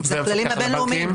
אלה הכללים הבין-לאומיים.